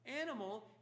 animal